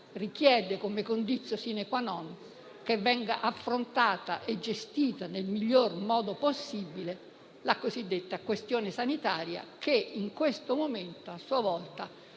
richiede come *conditio* *sine qua non* che venga affrontata e gestita, nel miglior modo possibile, la questione sanitaria che in questo momento, a sua volta,